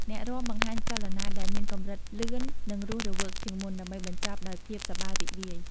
អ្នករាំបង្ហាញចលនាដែលមានកម្រិតលឿននិងរស់រវើកជាងមុន ដើម្បីបញ្ចប់ដោយភាពសប្បាយរីករាយ។